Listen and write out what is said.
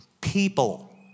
People